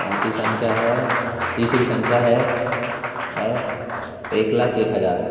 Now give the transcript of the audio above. चौथी संख्या है तीसरी संख्या है है एक लाख एक हज़ार